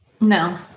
No